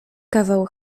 kawał